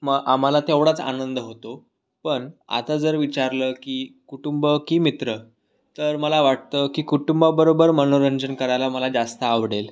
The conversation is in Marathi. मग आम्हाला तेवढाच आनंद होतो पण आता जर विचारलं की कुटुंब की मित्र तर मला वाटतं की कुटुंबाबरोबर मनोरंजन करायला मला जास्त आवडेल